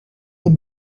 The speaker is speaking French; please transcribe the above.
est